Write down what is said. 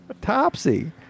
Topsy